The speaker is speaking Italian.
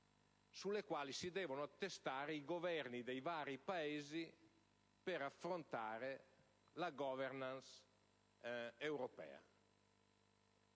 sui quali si devono attestare i Governi dei vari Paesi per affrontare la *governance* europea,